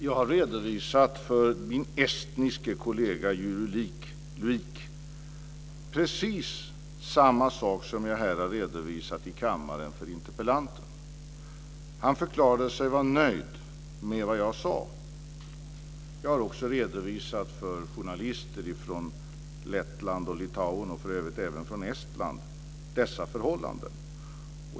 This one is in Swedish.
Fru talman! Jag har för min estniska kollega Jüri Luik redovisat precis samma sak som jag har redovisat här i kammaren för interpellanten. Han förklarade sig vara nöjd med det jag sade. Jag har också redovisat dessa förhållanden för journalister från Lettland och Litauen, och för övrigt även från Estland.